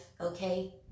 okay